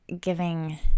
giving